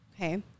Okay